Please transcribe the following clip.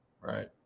Right